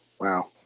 wow